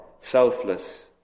selfless